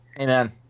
Amen